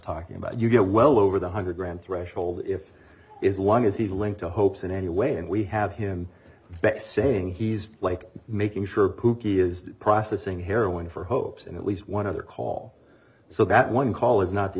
talking about you know well over the hundred grand threshold if it's long as he's linked to hopes in any way and we have him back saying he's like making sure pooky is processing heroin for hopes and at least one other call so that one call is not the